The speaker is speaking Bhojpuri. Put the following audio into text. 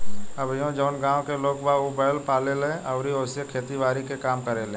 अभीओ जवन गाँव के लोग बा उ बैंल पाले ले अउरी ओइसे खेती बारी के काम करेलें